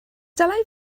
dylai